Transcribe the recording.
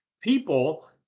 people